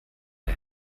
der